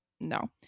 no